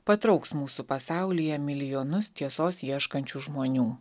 patrauks mūsų pasaulyje milijonus tiesos ieškančių žmonių